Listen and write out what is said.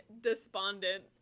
despondent